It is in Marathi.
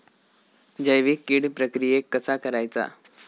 जैविक कीड प्रक्रियेक कसा करायचा?